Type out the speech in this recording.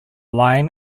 line